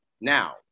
now